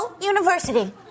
university